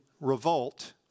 revolt